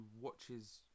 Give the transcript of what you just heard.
watches